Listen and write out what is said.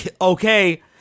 okay